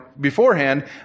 Beforehand